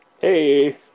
Hey